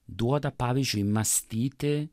duoda pavyzdžiui mąstyti